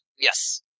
Yes